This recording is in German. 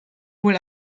wohl